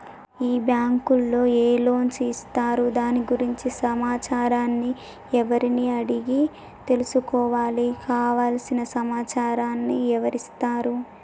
ఈ బ్యాంకులో ఏ లోన్స్ ఇస్తారు దాని గురించి సమాచారాన్ని ఎవరిని అడిగి తెలుసుకోవాలి? కావలసిన సమాచారాన్ని ఎవరిస్తారు?